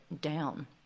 down